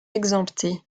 exemptés